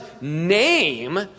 name